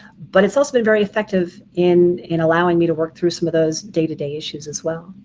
but it's also been very effective in in allowing me to work through some of those day-to-day issues as well.